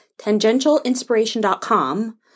tangentialinspiration.com